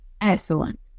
excellent